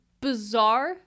bizarre